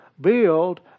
build